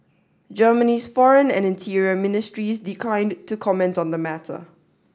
Germany's foreign and interior ministries declined to comment on the matter